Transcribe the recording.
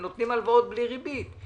הם נותנים הלוואות בלי ריבית.